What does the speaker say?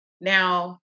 Now